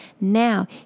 now